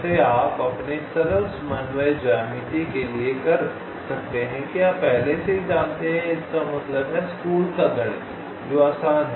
वैसे आप अपने सरल समन्वय ज्यामिति के लिए कर सकते हैं कि आप पहले से ही जानते हैं कि इसका मतलब है स्कूल का गणित जो आसान है